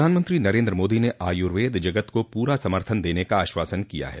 प्रधानमंत्री नरेन्द्र मोदी ने आयुर्वेद जगत को पूरा समर्थन देने का आश्वासन दिया है